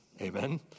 Amen